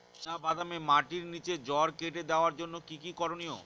চিনা বাদামে মাটির নিচে জড় কেটে দেওয়ার জন্য কি কী করনীয়?